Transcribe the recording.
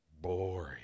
boring